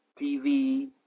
TV